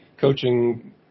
coaching